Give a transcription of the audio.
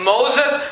Moses